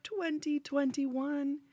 2021